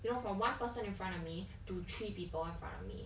you know from one person in front of me to three people in front of me